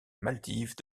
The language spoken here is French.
maldives